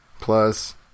plus